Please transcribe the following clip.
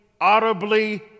audibly